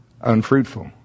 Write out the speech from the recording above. unfruitful